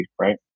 right